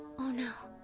oh, no!